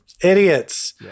Idiots